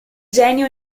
genio